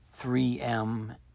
3M